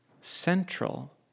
central